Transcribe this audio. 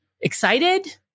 excited